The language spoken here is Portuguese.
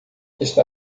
está